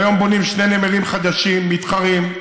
והיום בונים שני נמלים חדשים מתחרים,